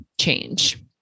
change